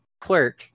clerk